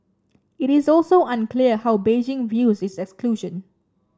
it is also unclear how Beijing views its exclusion